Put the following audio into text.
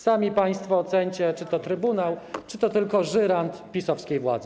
Sami państwo oceńcie, czy to trybunał, czy to tylko żyrant PiS-owskiej władzy.